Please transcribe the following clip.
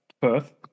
Perth